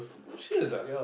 serious ah